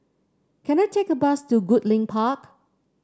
can I take a bus to Goodlink Park